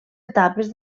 etapes